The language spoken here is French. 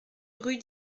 rue